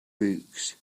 books